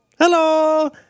hello